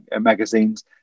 magazine's